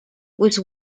was